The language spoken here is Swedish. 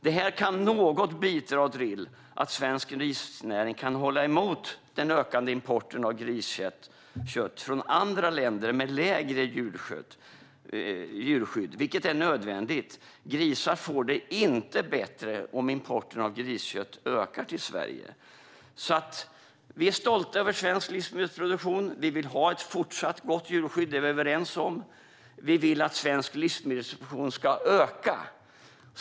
Det här kan bidra något till att svensk grisnäring kan stå emot den ökande importen av griskött från andra länder med lägre djurskydd, vilket är nödvändigt. Grisar får det inte bättre om importen av griskött till Sverige ökar. Vi är stolta över svensk livsmedelsproduktion och vill ha ett fortsatt gott djurskydd. Det är vi överens om. Vi vill att svensk livsmedelsproduktion ska öka.